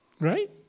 Right